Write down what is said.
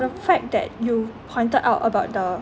the fact that you pointed out about the